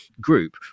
group